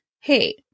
Hey